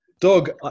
Doug